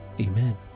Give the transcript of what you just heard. Amen